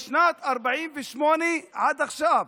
משנת 48' עד עכשיו.